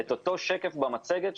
את אותו שקף במצגת,